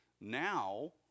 now